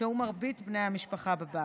שהו מרבית בני המשפחה בבית.